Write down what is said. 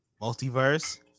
Multiverse